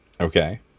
Okay